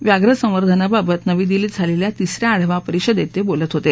व्याघ्रसंवर्धनाबाबात नवी दिल्लीत झालेल्या तिस या आढावा परिषदेत ते बोलत होते